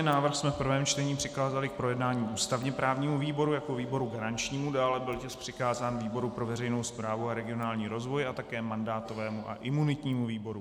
Návrh jsme v prvém čtení přikázali k projednání ústavněprávnímu výboru jako výboru garančnímu, dále byl tisk přikázán výboru pro veřejnou správu a regionální rozvoj a také mandátovému a imunitnímu výboru.